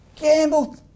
gamble